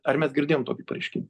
ar mes girdėjom tokį pareiškimą